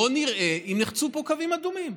בוא נראה אם נחצו פה קווים אדומים.